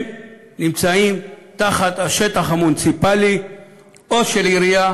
הם נמצאים תחת השלטון המוניציפלי או של עירייה,